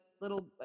little